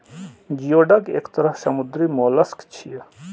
geoduck एक तरह समुद्री मोलस्क छियै